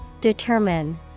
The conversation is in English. Determine